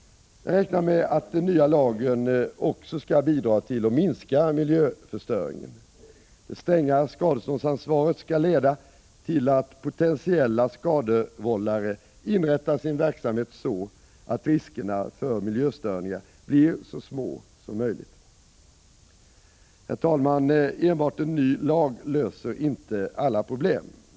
Jag räknar med att den nya lagen också skall bidra till att minska miljöförstöringen. Det stränga skadeståndsansvaret skall leda till att potentiella skadevållare inrättar sin verksamhet så, att riskerna för miljöstörningar blir så små som möjligt. Herr talman! Enbart en ny lag löser inte alla problem.